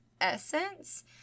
essence